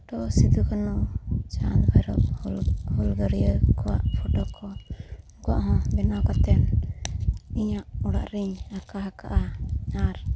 photo ᱥᱤᱫᱩᱼᱠᱟᱹᱱᱩ ᱪᱟᱸᱫᱽ ᱵᱷᱟᱭᱨᱳ ᱦᱩᱞ ᱜᱟᱹᱨᱭᱟᱹ ᱠᱚᱣᱟᱜ photo ᱠᱚ ᱩᱱᱠᱩᱣᱟᱜ ᱦᱚᱸ ᱵᱮᱱᱟᱣ ᱠᱟᱛᱮᱫ ᱤᱧᱟᱹᱜ ᱚᱲᱟᱜ ᱨᱤᱧ ᱟᱠᱟ ᱟᱠᱟᱫᱼᱟ ᱟᱨ